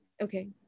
Okay